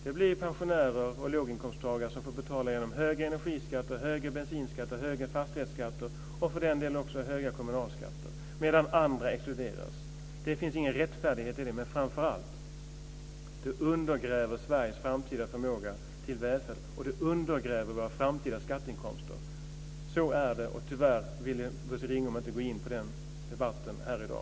Det blir pensionärer och låginkomsttagare som får betala genom högre energiskatter, högre bensinskatter, högre fastighetsskatter och för den delen också högre kommunalskatter, medan andra exkluderas. Det finns ingen rättfärdighet i det. Men framför allt: Det undergräver Sveriges framtida förmåga till välfärd, och det undergräver våra framtida skatteinkomster. Så är det. Tyvärr ville inte Bosse Ringholm gå in på den debatten här i dag.